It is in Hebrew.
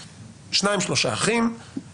וקל: שניים-שלושה אחים;